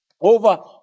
over